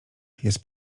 jest